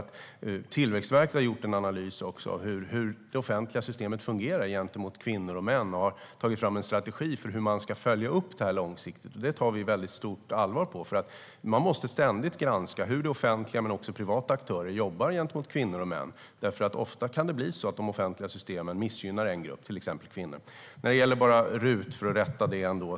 Tillväxtverket har gjort en analys av hur det offentliga systemet fungerar gentemot kvinnor och män och har tagit fram en strategi för hur man ska följa upp det här långsiktigt. Det tar vi på väldigt stort allvar. Man måste ständigt granska hur det offentliga men också privata aktörer jobbar gentemot kvinnor och män. Ofta kan det nämligen bli så att de offentliga systemen missgynnar en grupp, till exempel kvinnor. När det gäller RUT vill jag ändå rätta någonting.